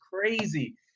crazy